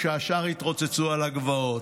כשהשאר התרוצצו על הגבעות.